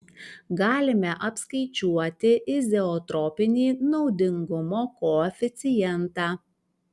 galime apskaičiuoti izoentropinį naudingumo koeficientą